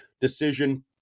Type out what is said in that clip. decision